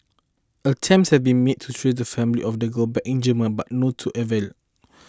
attempts had been made to trace the family of the girl back in Germany but no to avail